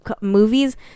movies